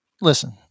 Listen